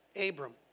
Abram